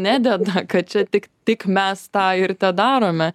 nededa kad čia tik tik mes tą ir tedarome